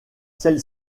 celle